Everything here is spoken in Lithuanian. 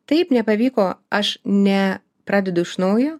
taip nepavyko aš ne pradedu iš naujo